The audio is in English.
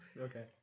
Okay